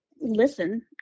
listen